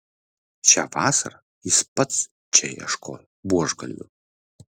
šią vasarą jis pats čia ieškojo buožgalvių